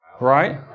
Right